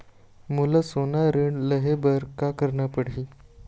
मोला सोना ऋण लहे बर का करना पड़ही?